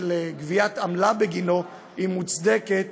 גביית העמלה בגינו מוצדקת